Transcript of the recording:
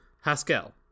Haskell